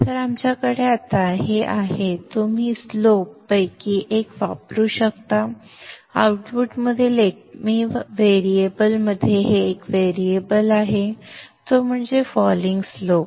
तर आमच्याकडे आता हे आहे तुम्ही स्लोप पैकी एक वापरू शकता आऊटपुटमधील एकमेव व्हेरिएबलमध्ये एक व्हेरिएबल आहे तो म्हणजे फॉलिंग स्लोप